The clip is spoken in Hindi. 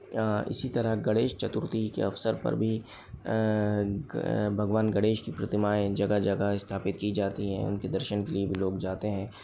इसी तरह गणेश चतुर्थी के अवसर पर भी भगवान गणेश की प्रतिमाएँ जगह जगह स्थापित की जाती हैं उनके दर्शन के लिए भी लोग जाते हैं